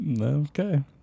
Okay